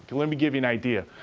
let me give you an idea.